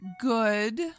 Good